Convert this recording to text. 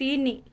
ତିନି